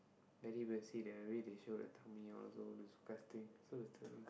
anybody see the way they show their tummy all so disgusting so disturbing